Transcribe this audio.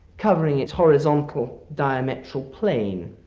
covering its horizontal diametral plane,